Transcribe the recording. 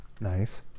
Nice